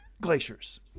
glaciers